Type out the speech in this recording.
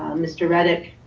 mr. redick,